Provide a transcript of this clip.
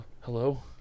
Hello